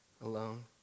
alone